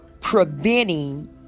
preventing